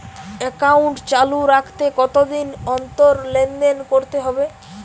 Account চালু রাখতে কতদিন অন্তর লেনদেন করতে হবে?